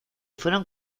fueron